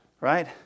right